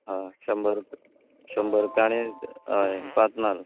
हय शंबर रुपय हय शंबर रुपयां आनी हय पांच नाल्ल